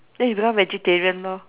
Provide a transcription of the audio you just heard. then you become vegetarian lor